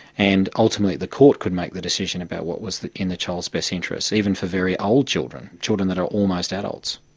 and ultimately the court could make the decision about what was in the child's best interests, even for very old children, children that are almost adults.